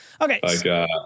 Okay